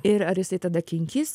ir ar jisai tada kinkys